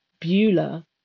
Beulah